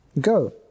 Go